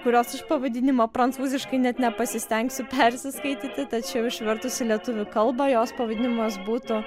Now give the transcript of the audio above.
kurios aš pavadinimo prancūziškai net nepasistengsiu persiskaityti tačiau išvertus į lietuvių kalbą jos pavadinimas būtų